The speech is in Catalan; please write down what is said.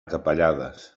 capellades